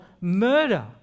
murder